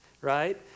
right